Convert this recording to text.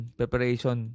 preparation